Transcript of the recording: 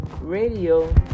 Radio